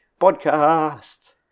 podcast